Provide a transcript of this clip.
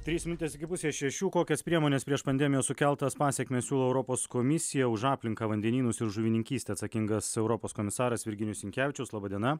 trys minutės iki pusės šešių kokias priemones prieš pandemijos sukeltas pasekmes siūlo europos komisija už aplinką vandenynus ir žuvininkystę atsakingas europos komisaras virginijus sinkevičius laba diena